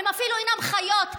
הם אפילו אינם חיות,